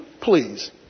please